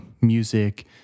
music